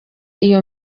iyo